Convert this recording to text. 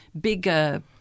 bigger